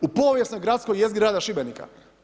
U povijesnoj gradskoj jezgri grada Šibenika.